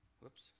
Whoops